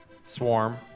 Swarm